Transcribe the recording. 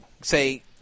Say